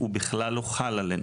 הוא בכלל לא חל עלינו.